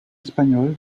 espagnol